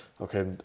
Okay